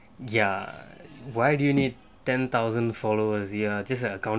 ya why do you need ten thousand followers they're just an accountant